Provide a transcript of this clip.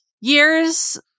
years